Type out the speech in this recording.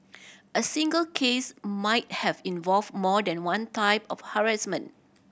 a single case might have involved more than one type of harassment